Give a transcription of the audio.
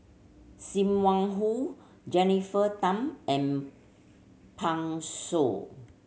Sim Wong Hoo Jennifer Tham and Pan Shou